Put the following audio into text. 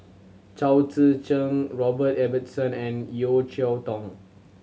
Chao Tzee Cheng Robert Ibbetson and Yeo Cheow Tong